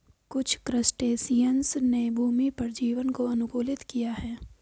कुछ क्रस्टेशियंस ने भूमि पर जीवन को अनुकूलित किया है